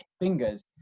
fingers